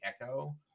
echo